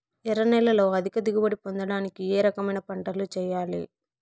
ఎర్ర నేలలో అధిక దిగుబడి పొందడానికి ఏ రకమైన పంటలు చేయాలి?